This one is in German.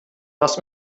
das